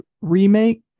remake